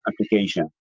application